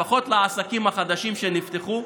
לפחות לעסקים החדשים שנפתחו.